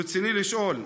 רצוני לשאול: